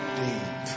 deep